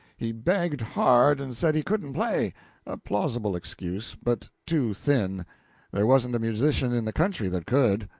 he begged hard, and said he couldn't play a plausible excuse, but too thin there wasn't a musician in the country that could.